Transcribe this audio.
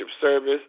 service